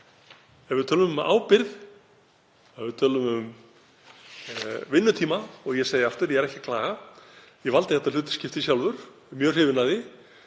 Ef við tölum um ábyrgð, ef við tölum um vinnutíma — og ég segi aftur: Ég er ekki að klaga, ég valdi þetta hlutskipti sjálfur og er mjög hrifinn af því